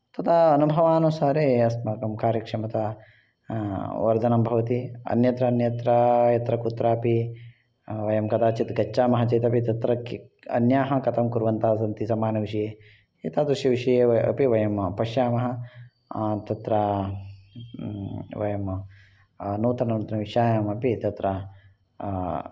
तदा अनुभवानुासरे अस्माकं कार्यक्षमता वर्धनं भवति अन्यत्र अन्यत्र यत्र कुत्रापि वयं कदाचित् गच्छामः चेदपि तत्र अन्यः कथं कुर्वन्तः सन्ति समानविषये एतादृश विषये अपि वयं पश्यामः तत्र वयं नूतनविषयमपि तत्र